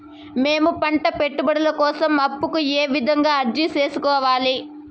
మేము పంట పెట్టుబడుల కోసం అప్పు కు ఏ విధంగా అర్జీ సేసుకోవాలి?